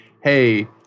Hey